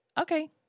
okay